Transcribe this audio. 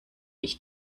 ich